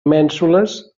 mènsules